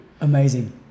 Amazing